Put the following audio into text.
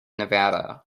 nevada